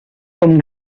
com